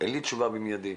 אין תשובה במיידי,